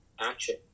action